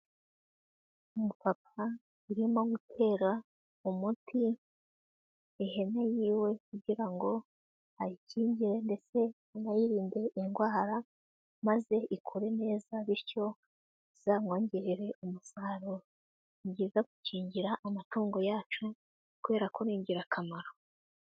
Umupapa urimo gutera umuti ihene y'iwe kugira ngo ayikingire ndetse anayirinde indwara maze ikure neza bityo izamwongerere umusaruro. Ni byiza gukingira amatungo yacu kubera ko ni ingirakamaro.